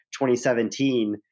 2017